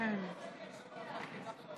מצביע סמי